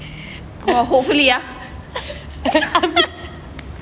!whoa! hopefully ah macam